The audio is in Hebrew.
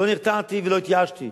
לא נרתעתי ולא התייאשתי,